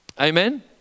Amen